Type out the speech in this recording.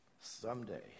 Someday